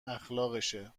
اخلاقشه